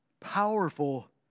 Powerful